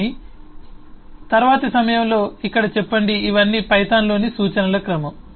కానీ తరువాతి సమయంలో ఇక్కడ చెప్పండి ఇవన్నీ పైథాన్ లోని సూచనల క్రమం